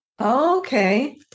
okay